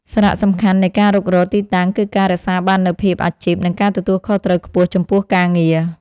សារៈសំខាន់នៃការរុករកទីតាំងគឺការរក្សាបាននូវភាពអាជីព និងការទទួលខុសត្រូវខ្ពស់ចំពោះការងារ។